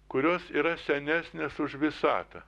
kurios yra senesnės už visatą